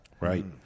Right